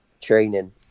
training